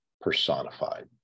personified